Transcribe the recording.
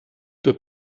peut